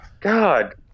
God